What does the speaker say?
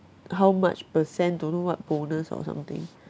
how much percent don't know what bonus or something